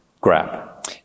Grab